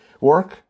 work